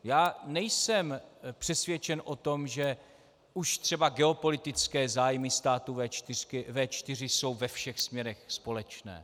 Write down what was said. Já nejsem přesvědčen o tom, že už třeba geopolitické zájmy států V4 jsou ve všech směrech společné.